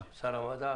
סביר,